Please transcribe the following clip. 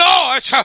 Lord